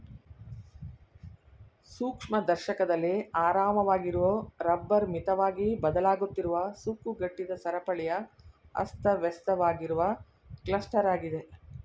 ಸೂಕ್ಷ್ಮದರ್ಶಕದಲ್ಲಿ ಆರಾಮವಾಗಿರೊ ರಬ್ಬರ್ ಮಿತವಾಗಿ ಬದಲಾಗುತ್ತಿರುವ ಸುಕ್ಕುಗಟ್ಟಿದ ಸರಪಳಿಯ ಅಸ್ತವ್ಯಸ್ತವಾಗಿರುವ ಕ್ಲಸ್ಟರಾಗಿದೆ